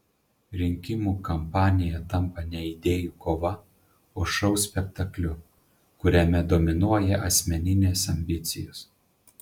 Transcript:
rinkimų kampanija tampa ne idėjų kova o šou spektakliu kuriame dominuoja asmeninės ambicijos